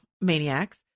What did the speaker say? maniacs